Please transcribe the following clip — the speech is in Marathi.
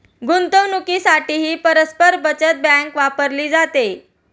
गुंतवणुकीसाठीही परस्पर बचत बँक वापरली जाते